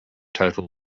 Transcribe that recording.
total